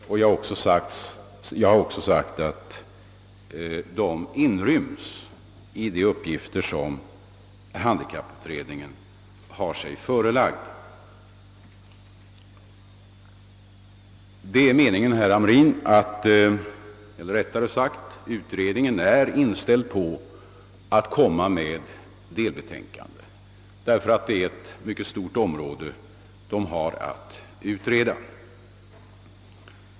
Såsom jag nämnt har de också inrymts i de uppgifter som handikapputredningen fått sig förelagda. Utredningen är, herr Hamrin, inställd på att lägga fram delbetänkanden, eftersom det är ett mycket stort område den har att utreda.